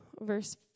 verse